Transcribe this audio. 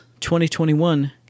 2021